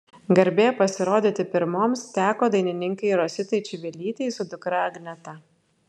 garbė pasirodyti pirmoms teko dainininkei rositai čivilytei su dukra agneta